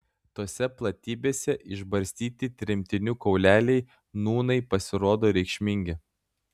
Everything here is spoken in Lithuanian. tose platybėse išbarstyti tremtinių kauleliai nūnai pasirodo reikšmingi